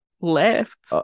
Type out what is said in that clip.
Left